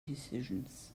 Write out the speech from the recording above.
decisions